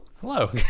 Hello